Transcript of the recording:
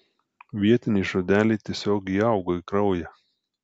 vietiniai žodeliai tiesiog įaugo į kraują